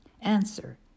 Answer